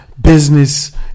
business